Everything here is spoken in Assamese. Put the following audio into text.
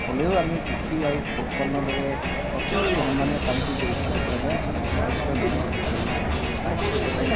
হ'লেও আমি কৃষি আৰু পশুপালনৰ দৰে অতি সন্মানীয় কামটো গঢ়ি তুলিব পাৰিলে আমাৰ ভৱিষ্যতৰ দিনত উজ্জ্বল আহিব বুলি ভাবো